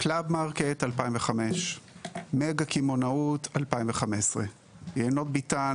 קלאבמרקט 2005; מגה קמעונאות 2015; יינות ביתן